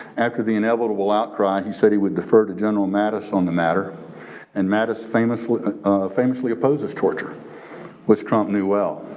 after the inevitable outcry, he said he would defer to general mattis on the matter and mattis famously famously opposes torture which trump knew well.